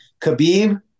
Khabib